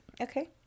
Okay